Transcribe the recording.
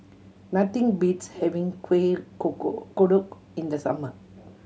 nothing beats having Kueh Kodok in the summer